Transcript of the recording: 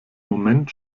moment